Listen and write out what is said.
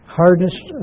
hardness